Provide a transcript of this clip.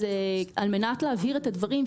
על מנת להבהיר את הדברים,